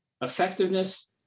effectiveness